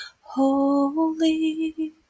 holy